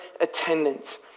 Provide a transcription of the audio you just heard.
attendance